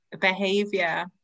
behavior